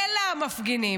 אלא המפגינים.